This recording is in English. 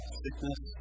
sickness